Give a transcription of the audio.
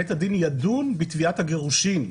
בית הדין ידון בתביעת הגירושין.